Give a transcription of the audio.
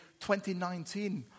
2019